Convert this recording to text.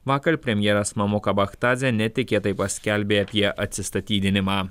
vakar premjeras mamuka bachtazė netikėtai paskelbė apie atsistatydinimą